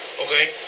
okay